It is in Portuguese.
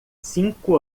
cinco